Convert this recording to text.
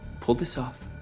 pull this off,